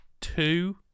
two